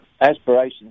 aspirations